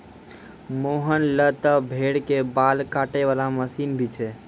मोहन लॅ त भेड़ के बाल काटै वाला मशीन भी छै